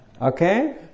Okay